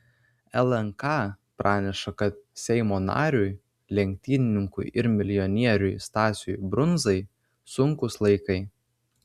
lnk praneša kad seimo nariui lenktynininkui ir milijonieriui stasiui brundzai sunkūs laikai